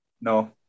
No